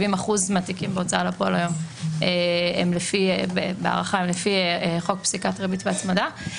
70% מהתיקים בהוצאה לפועל היום הם לפי חוק פסיקת ריבית והצמדה.